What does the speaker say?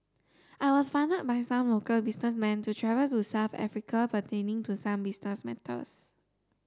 I was funded by some local businessmen to travel to South Africa pertaining to some business matters